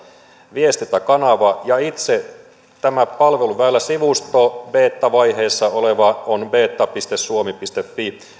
viestintäkanava ja itse tämä palveluväyläsivusto beta vaiheessa oleva on beta suomi fi